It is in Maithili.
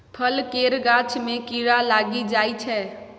फल केर गाछ मे कीड़ा लागि जाइ छै